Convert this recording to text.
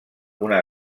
una